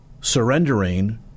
surrendering